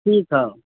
ठीक हौ